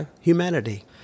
humanity